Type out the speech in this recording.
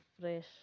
fresh